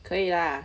可以 lah